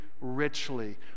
richly